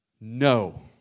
No